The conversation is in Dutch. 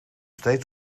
steeds